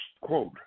quote